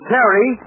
Terry